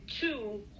two